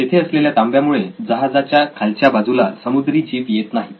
तेथे असलेल्या तांब्या मुळे त्या ठिकाणी जहाजाच्या खालच्या बाजूला समुद्री जीव येत नाहीत